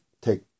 take